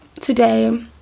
today